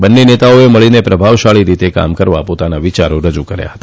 બંને નેતાઓએ મળીને પ્રભાવશાળી રીતે કામ કરવા પર પોતાન વિચારો રજુ કર્યા હતા